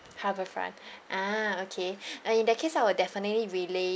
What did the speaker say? harbourfront ah okay uh in that case I will definitely relay